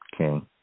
Okay